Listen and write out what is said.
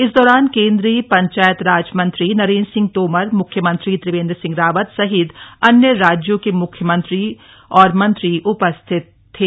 इस दौरान केंद्रीय पंचायतराज मंत्री नरेन्द्र सिंह तोमर मुख्यमंत्री त्रिवेन्द्र सिंह रावत सहित अन्य राज्यों के मुख्यमंत्री और मंत्री उपस्थित थे